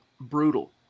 brutal